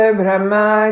brahma